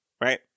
Right